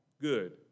Good